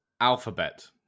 Alphabet